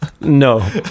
no